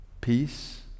peace